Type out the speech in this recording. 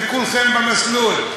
וכולכם במסלול,